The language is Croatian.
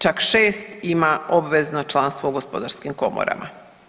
Čak 6 ima obvezno članstvo u gospodarskim komorama.